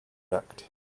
erect